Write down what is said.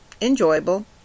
enjoyable